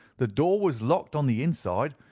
the door was locked on the inside,